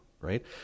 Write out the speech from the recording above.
Right